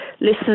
listen